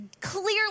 clearly